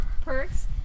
Perks